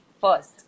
first